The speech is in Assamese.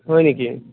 হয় নেকি